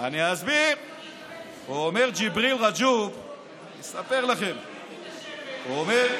אני אספר לכם, מה הוא אמר?